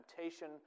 temptation